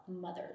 mothers